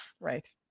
right